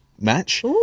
match